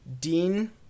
Dean